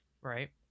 right